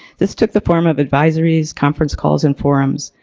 this took the form of advisories, conference calls and forums.